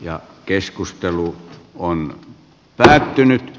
ja keskustelu on päättynyt